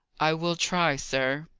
i will try, sir.